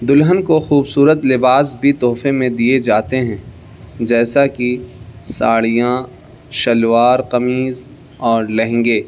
دلہن کو خوبصورت لباس بھی تحفے میں دیے جاتے ہیں جیسا کہ ساڑیاں شلوار قمیض اور لہنگے